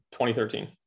2013